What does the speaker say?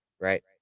right